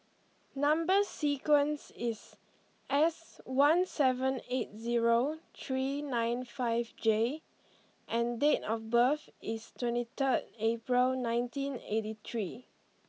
number sequence is S one seven eight zero three nine five J and date of birth is twenty third April nineteen eighty three